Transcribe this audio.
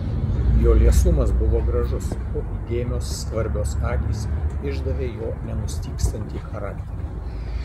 jo liesumas buvo gražus o įdėmios skvarbios akys išdavė jo nenustygstantį charakterį